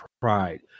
pride